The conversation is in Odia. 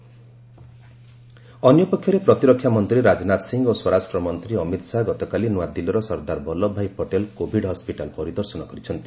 ପଟେଲ୍ କୋଭିଡ୍ ହସ୍କିଟାଲ୍ ଅନ୍ୟପକ୍ଷରେ ପ୍ରତିରକ୍ଷା ମନ୍ତ୍ରୀ ରାଜନାଥ ସିଂହ ଓ ସ୍ୱରାଷ୍ଟ୍ର ମନ୍ତ୍ରୀ ଅମିତ୍ ଶାହା ଗତକାଲି ନୂଆଦିଲ୍ଲୀର ସର୍ଦ୍ଦାର ବଲ୍ଲଭଭାଇ ପଟେଲ୍ କୋଭିଡ୍ ହସ୍କିଟାଲ୍ ପରିଦର୍ଶନ କରିଛନ୍ତି